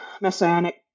messianic